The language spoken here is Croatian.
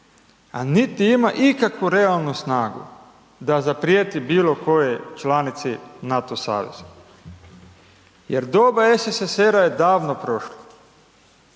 niti ima ikakvu realnu snagu da zaprijeti bilo kojoj članici NATO saveza jer doba SSSR-a je davno prošlo,